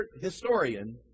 historian